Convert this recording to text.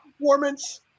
Performance